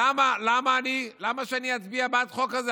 למה שאני אצביע בעד החוק הזה?